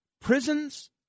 prisons